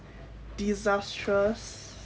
disastrous